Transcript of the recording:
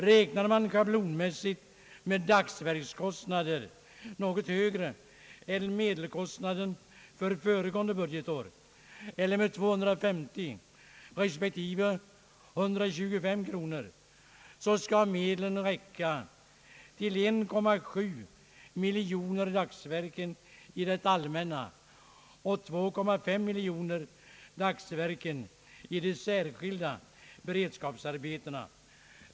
Räknar man schablonmässigt med dagsverkskostnader som är något högre än medelkostnaden för föregående budgetår, eller med 250 respektive 125 kronor, räcker medlen för 1,7 miljon dagsverken i form av all männa beredskapsarbeten och 2,5 miljoner dagsverken i form av särskilda beredskapsarbeten.